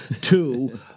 two